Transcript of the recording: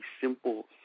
simple